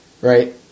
right